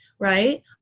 right